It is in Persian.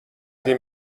این